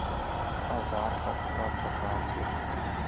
औजार कतना प्रकार के होथे?